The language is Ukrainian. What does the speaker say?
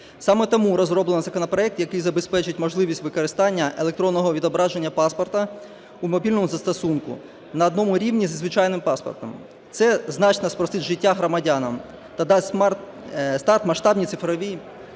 Саме тому розроблено законопроект, який забезпечить можливість використання електронного відображення паспорта у мобільному застосунку на одному рівні зі звичайним паспортом. Це значно спростить життя громадянам та дасть старт масштабній цифровій